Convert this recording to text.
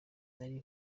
nari